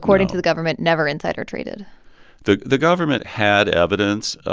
according to the government, never insider traded the the government had evidence,